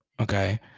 okay